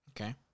Okay